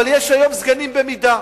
אבל היום יש סגנים במידה,